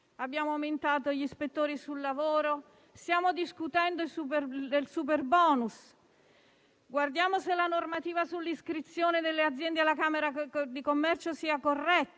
abbiamo aumentato gli ispettori sul lavoro. Stiamo discutendo del superbonus: verifichiamo se la normativa sull'iscrizione delle aziende alla Camera di Commercio è corretta,